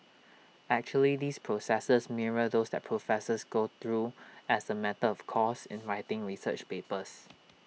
actually these processes mirror those that professors go through as A matter of course in writing research papers